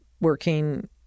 working